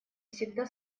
всегда